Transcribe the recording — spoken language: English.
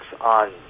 on